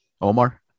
Omar